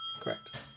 Correct